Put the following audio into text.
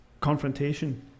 confrontation